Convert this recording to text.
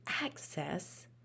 access